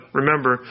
remember